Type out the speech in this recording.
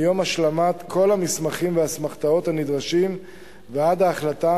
מיום השלמת כל המסמכים והאסמכתאות הנדרשים ועד ההחלטה,